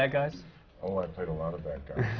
ah guys? oh, i've played a lot of bad guys.